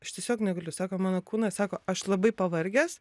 aš tiesiog negaliu sako mano kūnas sako aš labai pavargęs